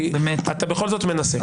ואתה בכל זאת מנסה.